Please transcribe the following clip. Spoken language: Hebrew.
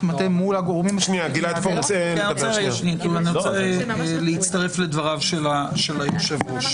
מטה --- אני רוצה להצטרף לדבריו של היושב-ראש,